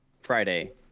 Friday